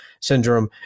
Syndrome